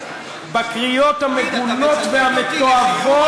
בקריאות המגונות והמתועבות,